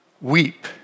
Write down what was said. weep